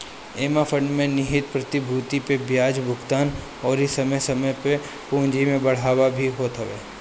एमे फंड में निहित प्रतिभूति पे बियाज भुगतान अउरी समय समय से पूंजी में बढ़ावा भी होत ह